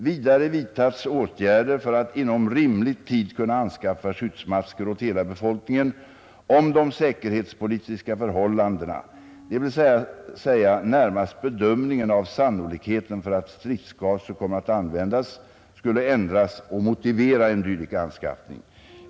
Vidare vidtas åtgärder för att inom rimlig tid kunna anskaffa skyddsmasker åt hela befolkningen, om de säkerhetspolitiska förhållandena — dvs. närmast bedömningen av sannolikheten för att stridsgaser kommer att användas — skulle ändras och motivera en dylik anskaffning.